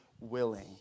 willing